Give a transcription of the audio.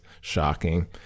shocking